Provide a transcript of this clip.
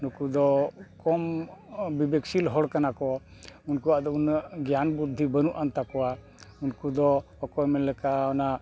ᱱᱩᱠᱩ ᱫᱚ ᱠᱚᱢ ᱵᱤᱵᱮᱠᱥᱤᱞ ᱦᱚᱲ ᱠᱟᱱᱟ ᱠᱚ ᱩᱱᱠᱩᱣᱟᱜ ᱫᱚ ᱩᱱᱟᱹᱜ ᱜᱮᱭᱟᱱ ᱵᱩᱫᱷᱤ ᱵᱟᱹᱱᱩᱜᱟᱱ ᱛᱟᱠᱚᱣᱟ ᱩᱱᱠᱩ ᱫᱚ ᱚᱠᱚᱭ ᱢᱮᱱ ᱞᱮᱠᱟ ᱚᱱᱟ